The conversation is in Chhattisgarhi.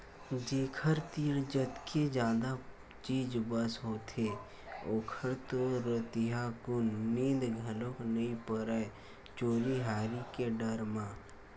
जेखर तीर जतके जादा चीज बस होथे ओखर तो रतिहाकुन नींद घलोक नइ परय चोरी हारी के डर म